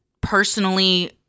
personally